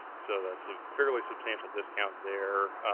so that's a fairly substantial discount there.